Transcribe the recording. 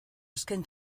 azken